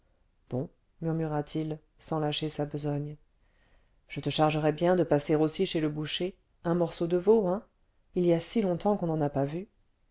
bon murmura-t-il sans lâcher sa besogne je te chargerais bien de passer aussi chez le boucher un morceau de veau hein il y a si longtemps qu'on n'en a pas vu